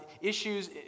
issues